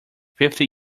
fifty